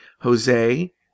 jose